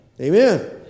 Amen